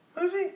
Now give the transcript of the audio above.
movie